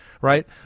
Right